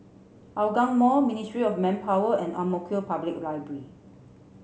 Hougang Mall Ministry of Manpower and Ang Mo Kio Public Library